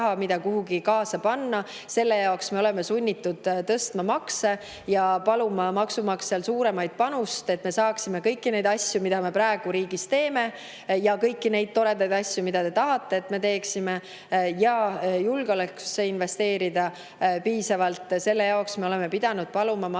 mida kuhugi kaasa panna. Selle jaoks me oleme sunnitud tõstma makse ja paluma maksumaksjalt suuremat panust, et me saaksime [teha] kõiki neid asju, mida me praegu riigis teeme, ja ka kõiki neid toredaid asju, mida te tahate, et me teeksime, ja investeerida piisavalt julgeolekusse. Selle jaoks me oleme pidanud paluma